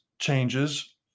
changes